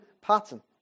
pattern